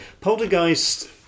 poltergeist